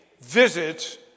visit